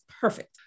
Perfect